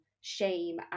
shame